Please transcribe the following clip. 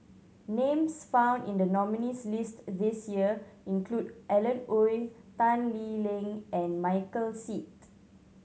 names found in the nominees' list this year include Alan Oei Tan Lee Leng and Michael Seet